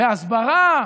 בהסברה.